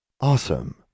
Awesome